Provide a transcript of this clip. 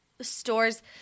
stores